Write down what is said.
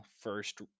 first